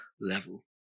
level